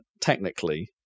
technically